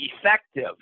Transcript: effective